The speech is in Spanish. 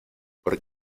por